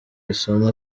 isomo